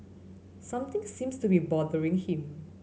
something seems to be bothering him